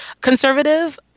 conservative